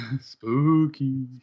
Spooky